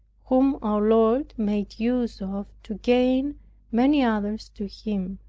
whom our lord made use of to gain many others to him.